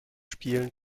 spielen